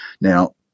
Now